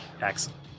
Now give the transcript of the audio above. Excellent